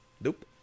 Nope